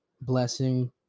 blessing